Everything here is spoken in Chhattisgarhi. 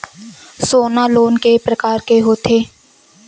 सोना लोन के प्रकार के होथे?